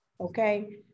okay